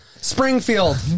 Springfield